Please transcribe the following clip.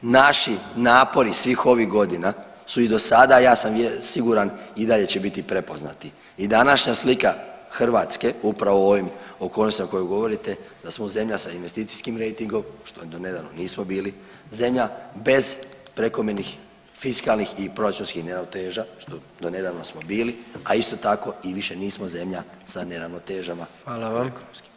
Naši napori svih ovih godina su i do sada, a ja sam siguran i dalje će biti prepoznati i današnja slika Hrvatske upravo u ovim okolnostima o kojima govorite da smo zemlja sa investicijskim rejtingom, što donedavno nismo bili, zemlja bez prekomjernih fiskalnih i proračunskih neravnoteža, što donedavno smo bili, a isto tako i više nismo zemlja sa neravnotežama ekonomskim.